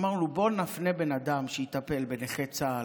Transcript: אמרנו: בואו נפנה בן אדם שיטפל בנכי צה"ל,